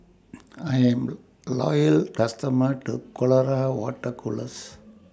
I Am A Loyal customer of Colora Water Colours